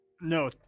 No